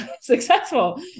successful